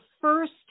first